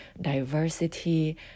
diversity